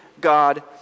God